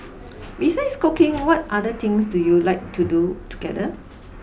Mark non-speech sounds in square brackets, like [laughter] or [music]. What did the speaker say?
[noise] besides cooking what other things do you like to do together